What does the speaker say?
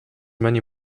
many